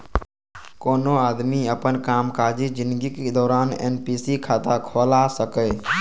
कोनो आदमी अपन कामकाजी जिनगीक दौरान एन.पी.एस खाता खोला सकैए